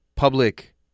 Public